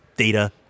data